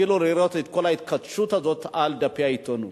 אפילו לראות את כל ההתכתשות הזאת מעל דפי העיתונות.